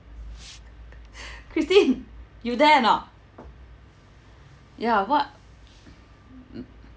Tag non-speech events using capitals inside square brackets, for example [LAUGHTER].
[LAUGHS] christine you there or not ya what [NOISE]